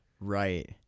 Right